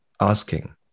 asking